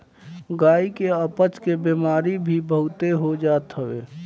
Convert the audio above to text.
गाई के अपच के बेमारी भी बहुते हो जात हवे